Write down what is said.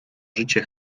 życie